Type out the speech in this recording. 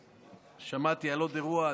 שמעתי על עוד אירוע,